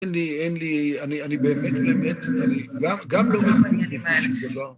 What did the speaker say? ‫אין לי, אין לי, אני באמת, באמת, ‫אני גם לא מבין, זה לא...